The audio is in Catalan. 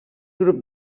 grup